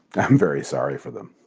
i'm very sorry for them.